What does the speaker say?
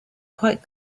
quite